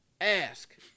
ask